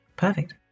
Perfect